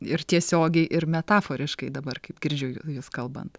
ir tiesiogiai ir metaforiškai dabar kaip girdžiu ju jus kalbant